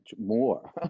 more